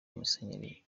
musenyeri